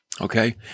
Okay